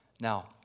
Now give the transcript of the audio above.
Now